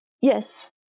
Yes